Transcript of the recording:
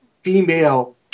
female